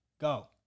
go